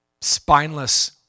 spineless